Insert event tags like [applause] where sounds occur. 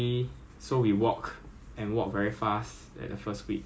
boring [laughs] but then like actually 蛮好玩的 lah is like